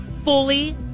fully